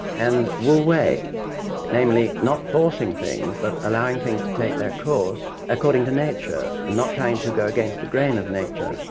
and wuwei namely, not forcing things, but allowing things to take their course according to nature, and not trying to go against the grain of nature.